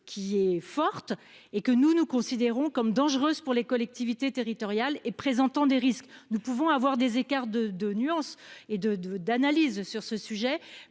qui est forte et que nous nous considérons comme dangereuse pour les collectivités territoriales et présentant des risques, nous pouvons avoir des écarts de de nuances et de de d'analyse sur ce sujet